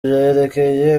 byerekeye